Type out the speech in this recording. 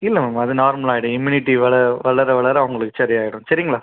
இல்லை மேம் அது நார்மல் ஆகிடும் இம்மினிட்டி வள வளர வளர அவங்களுக்கு சரி ஆகிடும் சரிங்களா